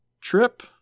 trip